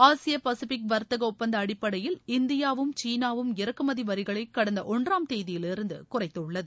ஆசிய பசிபிக் வர்த்தக ஒப்பந்த அடிப்படையில் இந்தியாவும் சீனாவும் இறக்குமதி வரிகளை கடந்த ஒன்றாம் தேதியிலிருந்து குறைத்துள்ளது